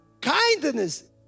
kindness